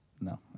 No